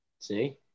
See